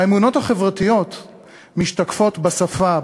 האמונות החברתיות משתקפות בשפה,